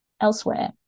elsewhere